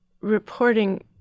Reporting